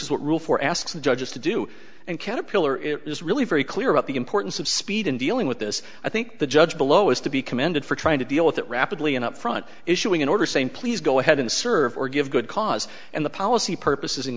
is what rule for asks judges to do and caterpillar is really very clear about the importance of speed in dealing with this i think the judge below is to be commended for trying to deal with it rapidly and upfront issuing an order saying please go ahead and serve or give good cause and the policy purposes